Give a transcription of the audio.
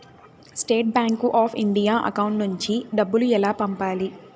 State Bank of India account నుంచి డబ్బులు ఎలా పంపాలి?